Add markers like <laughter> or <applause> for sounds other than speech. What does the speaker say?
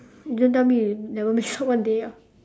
don't tell me you never make <laughs> someone day ah